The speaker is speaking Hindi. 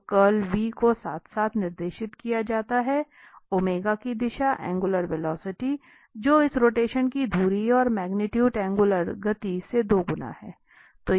तो कर्ल को साथ साथ निर्देशित किया जाता है की दिशा एंगुलर वेलॉसिटी जो इस रोटेशन की धुरी है और मैग्निट्यूड एंगुलर गति से दोगुना है